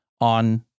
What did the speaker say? on